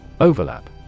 Overlap